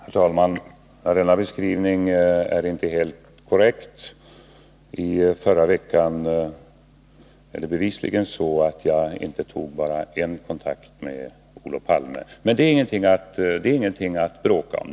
Herr talman! Denna beskrivning är inte helt korrekt. I förra veckan tog jag bevisligen inte bara en kontakt med Olof Palme, men det är ingenting att bråka om.